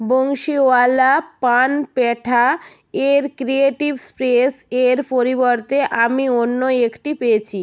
বংশীওয়ালা পান পেঠা এর creative space এর পরিবর্তে আমি অন্য একটি পেয়েছি